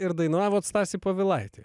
ir dainavot stasį povilaitį